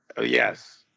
Yes